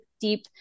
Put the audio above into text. deep